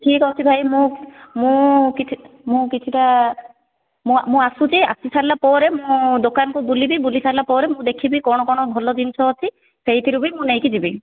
ଠିକ୍ ଅଛି ଭାଇ ମୁଁ ମୁଁ କିଛି ମୁଁ କିଛିଟା ମୁଁ ମୁଁ ଆସୁଛି ଆସିସାରିଲା ପରେ ମୁଁ ଦୋକାନକୁ ବୁଲିବି ବୁଲିସାରିଲା ପରେ ମୁଁ ଦେଖିବି କ'ଣ କ'ଣ ଭଲ ଜିନିଷ ଅଛି ସେଇଥିରୁ ବି ମୁଁ ନେଇକି ଯିବି